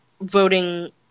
voting